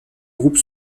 groupe